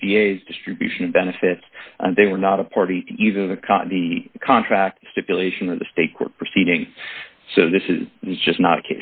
a s distribution of benefits and they were not a party either the con the contract stipulation of the state court proceeding so this is just not